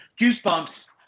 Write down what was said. Goosebumps